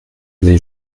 sie